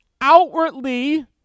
outwardly